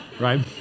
Right